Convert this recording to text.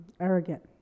arrogant